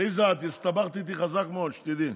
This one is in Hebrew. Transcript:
עליזה, את הסתבכת איתי חזק מאוד, שתדעי.